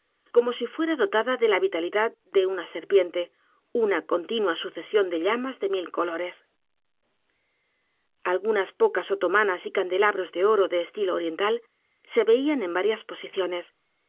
como si estuviera dotada de la vitalidad de una serpiente una continua sucesión de llamas de mil colores algunas pocas otomanas y candelabros de oro de estilo oriental se veían en varias posiciones